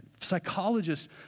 Psychologists